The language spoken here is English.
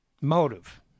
motive